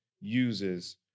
uses